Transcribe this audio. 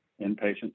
inpatient